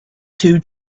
two